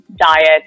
diet